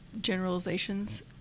generalizations